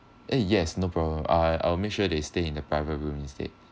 eh yes no problem uh I'll make sure they stay in the private room instead